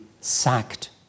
sacked